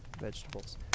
vegetables